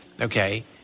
okay